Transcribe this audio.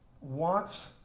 wants